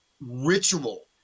ritual